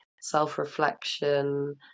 self-reflection